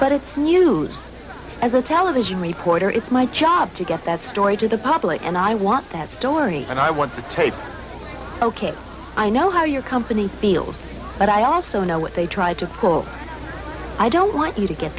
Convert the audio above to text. but it's news as a television reporter it's my job to get that story to the public and i want that story and i want the tape ok i know how your company field but i also know what they tried to call i don't want you to get